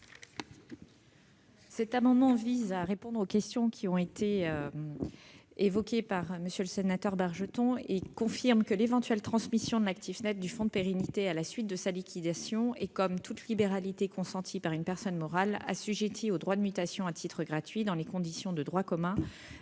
Cet amendement vise à répondre aux questions que M. le sénateur Bargeton vient de soulever. Nous proposons de confirmer que l'éventuelle transmission de l'actif net du fonds de pérennité à la suite de la liquidation de celui-ci est, comme toute libéralité consentie par une personne morale, assujettie aux droits de mutation à titre gratuit dans les conditions de droit commun.